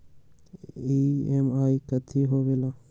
EMI कथी होवेले?